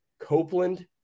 Copeland